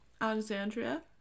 alexandria